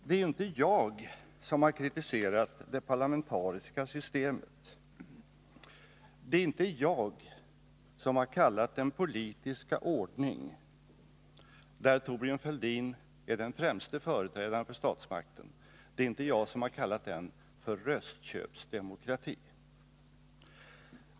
Det är inte jag som har kritiserat det parlamentariska systemet, det är inte jag som har kallat den politiska ordning där Thorbjörn Fälldin är statens främste företrädare för röstköpsdemokrati.